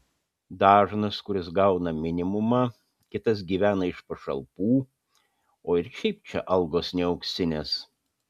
dažnas kuris gauna minimumą kitas gyvena iš pašalpų o ir šiaip čia algos ne auksinės